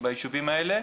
ביישובים האלה.